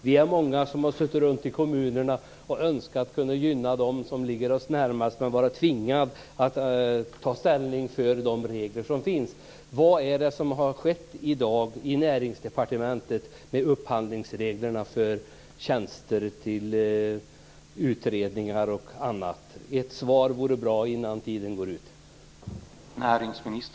Vi är många ute i kommunerna som har önskat att vi skulle kunna gynna dem som ligger oss närmast, men vi har varit tvingade att anpassa oss efter de regler som finns. Vad är det som har skett i dag i Näringsdepartementet när det gäller upphandlingsreglerna för tjänster till utredningar och annat? Jag vill gärna ha ett svar på det.